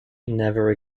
never